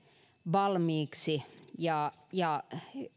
valmiiksi nopeasti ja